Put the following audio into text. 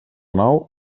nou